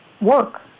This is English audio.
work